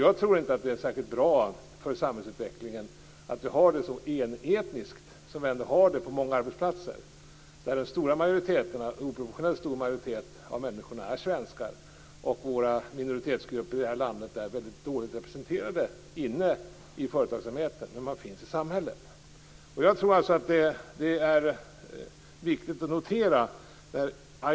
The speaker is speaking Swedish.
Jag tror inte att det är särskilt bra för samhällsutvecklingen att det är så enetniskt på många arbetsplatser som det är i dag. En oproportionerligt stor majoritet av människorna är svenskar inne i företagsamheten och minoritetsgrupperna är dåligt representerade där, trots att de finns i samhället. Jag tror att det är viktigt att notera detta.